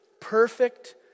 perfect